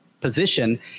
position